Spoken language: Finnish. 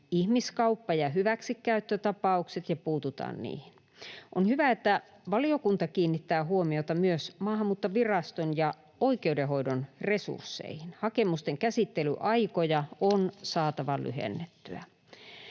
ihmiskauppa- ja hyväksikäyttötapaukset ja puututaan niihin. On hyvä, että valiokunta kiinnittää huomiota myös Maahanmuuttoviraston ja oikeudenhoidon resursseihin. Hakemusten käsittelyaikoja on saatava lyhennettyä.